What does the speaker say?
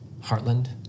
Heartland